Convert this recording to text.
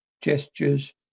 gestures